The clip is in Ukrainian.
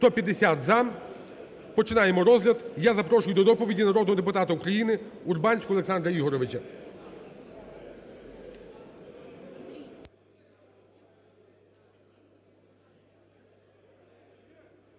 За-150 Починаємо розгляд. Я запрошую до доповіді народного депутата України Урбанського Олександра Ігоровича.